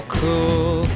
cool